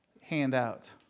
handout